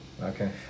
Okay